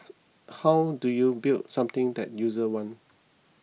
how do you build something that users want